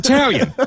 Italian